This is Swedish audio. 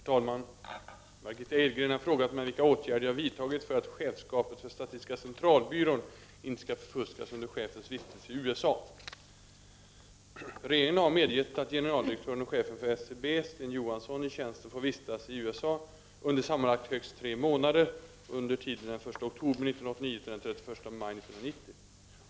Herr talman! Margitta Edgren har frågat mig vilka åtgärder jag har vidtagit för att chefskapet för statistiska centralbyrån inte skall förfuskas under chefens vistelse i USA. Regeringen har medgett att generaldirektören och chefen för SCB i tjänsten får vistas i USA under sammanlagt högst tre månader under tiden den 1 oktober 1989—den 31 maj 1990.